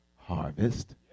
Harvest